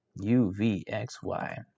UVXY